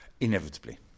inevitably